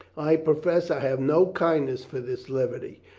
i profess i have no kindness for this levity.